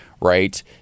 right